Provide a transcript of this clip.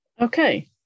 Okay